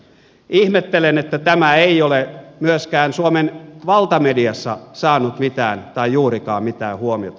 ihmettelen että tämä ei ole myöskään suomen valtamediassa saanut juurikaan mitään huomiota